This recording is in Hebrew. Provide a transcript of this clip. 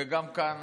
וגם כאן,